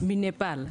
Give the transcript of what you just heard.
מנפאל.